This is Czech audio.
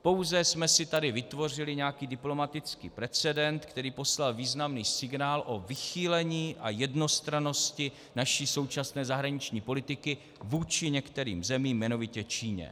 Pouze jsme si tady vytvořili nějaký diplomatický precedens, který poslal významný signál o vychýlení a jednostrannosti naší současné zahraniční politiky vůči některým zemím, jmenovitě Číně.